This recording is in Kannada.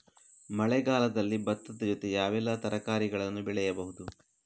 ಮಳೆಗಾಲದಲ್ಲಿ ಭತ್ತದ ಜೊತೆ ಯಾವೆಲ್ಲಾ ತರಕಾರಿಗಳನ್ನು ಬೆಳೆಯಬಹುದು?